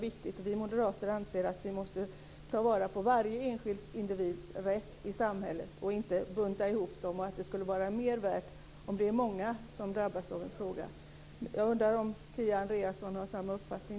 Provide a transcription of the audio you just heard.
Vi moderater anser att vi måste ta vara på varje enskild individs rätt i samhället och inte skall anse att rättssäkerheten skulle vara mer värd, om många är drabbade. Jag undrar om Kia Andreasson har samma uppfattning.